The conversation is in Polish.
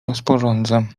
rozporządza